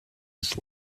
its